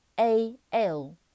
A-L